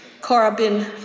carbon